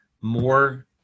more